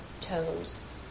toes